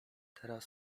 teraz